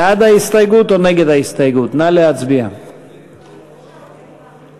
ההסתייגות של קבוצת סיעת בל"ד